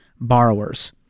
borrowers